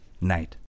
Night